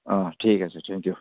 অঁ ঠিক আছে থেংক ইউ